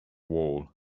wall